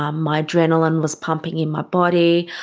um my adrenaline was pumping in my body,